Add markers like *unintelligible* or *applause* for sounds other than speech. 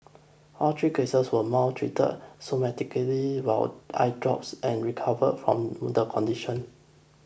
all three cases were mild treated *unintelligible* while eye drops and recovered from the condition